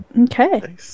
Okay